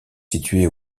situé